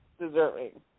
deserving